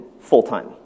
full-time